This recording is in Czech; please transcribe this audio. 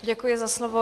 Děkuji za slovo.